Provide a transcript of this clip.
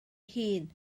hunan